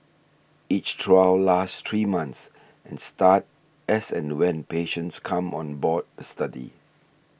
each trial lasts three months and start as and when patients come on board a study